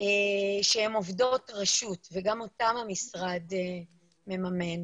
שהן עובדות רשות וגם אותן המשרד מממן.